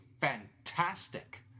fantastic